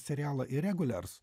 serialą iregulers